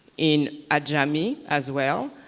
in ajami as well.